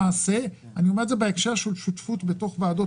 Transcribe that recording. ואני אומר את זה בהקשר של שותפות בתוך ועדות